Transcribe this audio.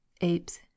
apes